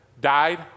died